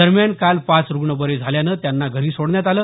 दरम्यान काल पाच रुग्ण बरे झाल्यानं त्यांना घरी सोडण्यात आलं